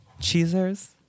Cheezers